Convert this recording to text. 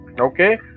Okay